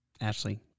ashley